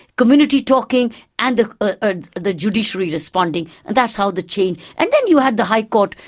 community talking and the ah the judiciary responding, and that's how the change. and then you had the high court,